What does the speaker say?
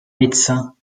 médecin